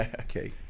Okay